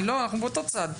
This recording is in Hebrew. אנחנו באותו צד.